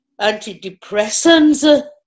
antidepressants